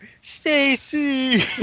Stacy